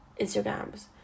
Instagrams